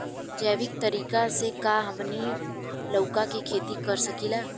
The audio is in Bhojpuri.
जैविक तरीका से का हमनी लउका के खेती कर सकीला?